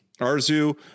Arzu